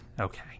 okay